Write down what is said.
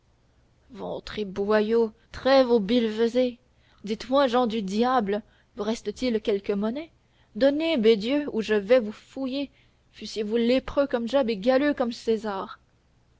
boyaux trêve aux billevesées dites-moi jehan du diable vous reste-t-il quelque monnaie donnez bédieu ou je vais vous fouiller fussiez-vous lépreux comme job et galeux comme césar